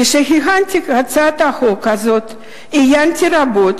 כשהכנתי את הצעת החוק הזאת עיינתי רבות